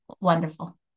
wonderful